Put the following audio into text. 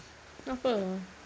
apa